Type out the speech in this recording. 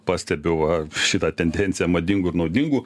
pastebiu va šitą tendenciją madingų ir naudingų